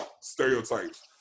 stereotypes